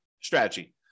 strategy